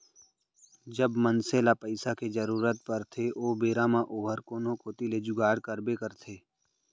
जब मनसे ल पइसा के जरूरत परथे ओ बेरा म ओहर कोनो कोती ले जुगाड़ करबे करथे